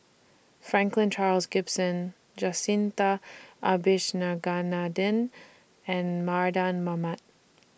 Franklin Charles Gimson Jacintha Abisheganaden and Mardan Mamat